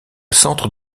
centre